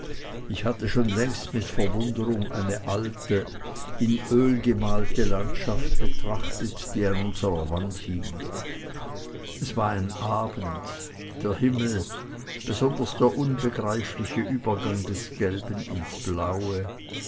ich hatte schon längst mit verwunderung eine alte in öl gemalte landschaft betrachtet die an unserer wand hing es war ein abend der himmel besonders der unbegreifliche übergang des gelben ins blaue